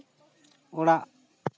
ᱚᱲᱟᱜ